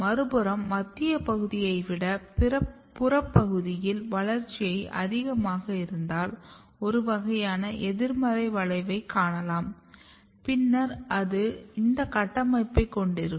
மறுபுறம் மத்திய பகுதியை விட புறப் பகுதியில் வளர்ச்சி அதிகமாக இருந்தால் ஒரு வகையான எதிர்மறை வளைவைக் காணலாம் பின்னர் அது இந்த கட்டமைப்பைக் கொண்டிருக்கும்